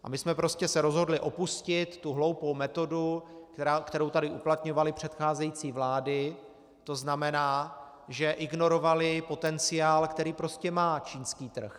A my jsme se prostě rozhodli opustit tu hloupou metodu, kterou tady uplatňovaly předcházející vlády, to znamená, že ignorovaly potenciál, který prostě má čínský trh.